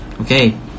Okay